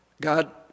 God